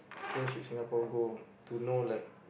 where should Singapore go to know like